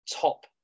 top